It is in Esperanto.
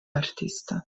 artisto